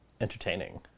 entertaining